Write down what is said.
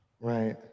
Right